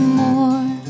more